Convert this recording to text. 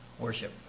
worship